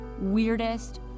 weirdest